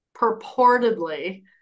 purportedly